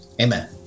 Amen